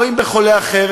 או אם בחולה אחר,